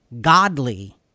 godly